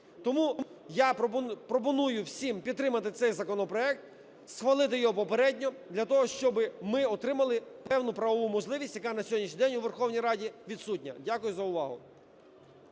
Тому я пропоную всім підтримати цей законопроект, схвалити його попередньо для того, щоб ми отримали певну правову можливість, яка на сьогоднішній день у Верховній Раді відсутня. Дякую за увагу.